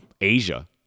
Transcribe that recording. asia